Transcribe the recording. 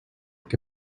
que